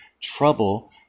trouble